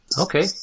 Okay